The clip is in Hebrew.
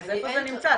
איפה זה נמצא?